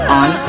on